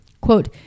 quote